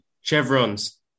Chevrons